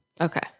Okay